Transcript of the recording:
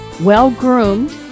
well-groomed